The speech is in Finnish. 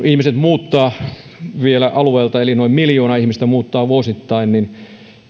ihmiset vielä muuttavat alueelta noin miljoona ihmistä muuttaa vuosittain niin